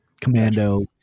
Commando